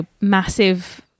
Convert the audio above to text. massive